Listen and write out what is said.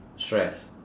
stress